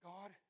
God